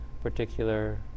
particular